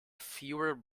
fewer